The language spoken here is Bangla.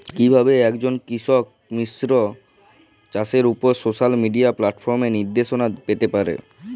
কিভাবে একজন কৃষক মিশ্র চাষের উপর সোশ্যাল মিডিয়া প্ল্যাটফর্মে নির্দেশনা পেতে পারে?